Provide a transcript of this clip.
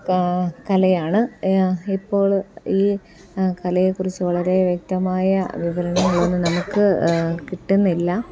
കലയാണ് ഇപ്പോൾ ഈ കലയെക്കുറിച്ചു വളരെ വ്യക്തമായ വിവരണങ്ങളൊന്നും നമുക്ക് കിട്ടുന്നില്ല